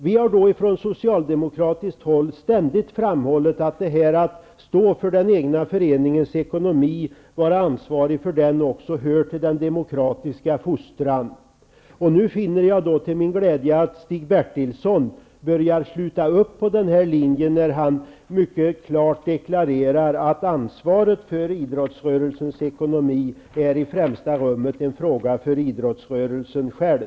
Vi har då från socialdemokratiskt håll ständigt framhållit att till den demokratiska fostran också hör att vara ansvarig för den egna föreningens ekonomi. Nu finner jag till min glädje att Stig Bertilsson börjar ställa upp på den linjen, när han mycket klart deklarerar att ansvaret för idrottsrörelsens ekonomi i främsta rummet är en fråga för idrottsrörelsen själv.